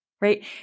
right